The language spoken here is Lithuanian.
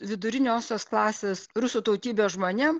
viduriniosios klasės rusų tautybės žmonėm